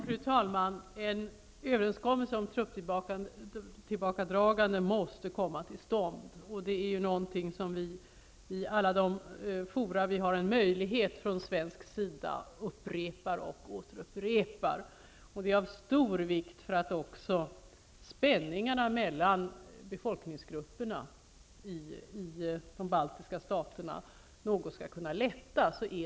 Fru talman! En överenskommelse om trupptillbakadragande måste komma till stånd. Det är någonting som vi från svensk sida i alla de fora där vi har möjlighet till det upprepar och återupprepar. Det är av stor vikt att de ryska trupperna kommer bort också för att spänningarna mellan befolkningsgrupperna i de baltiska staterna något skall kunna lätta.